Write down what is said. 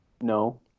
No